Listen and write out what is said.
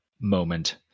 moment